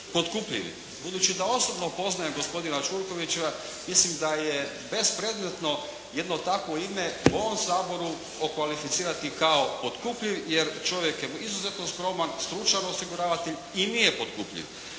Budući da osobno poznajem gospodina Čurkovića, mislim da je bespredmetno jedno takvo ime u ovom Saboru okvalificirati kao potkupljivim, jer čovjek je izuzetno skroman, stručan osiguravatelj i nije potkupljiv.